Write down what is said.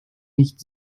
nicht